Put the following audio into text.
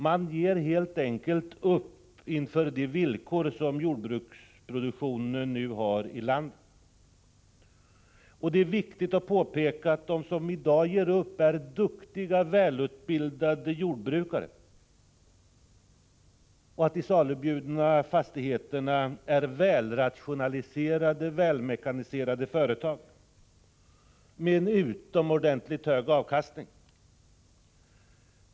Man ger helt enkelt upp inför de villkor som jordbruksproduktionen nu har i landet. Det är viktigt att påpeka att de som i dag ger upp är duktiga, välutbildade jordbrukare och att de salubjudna fastigheterna är välrationaliserade och välmekaniserade företag med utomordentligt hög avkastning.